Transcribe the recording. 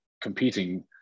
competing